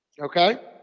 Okay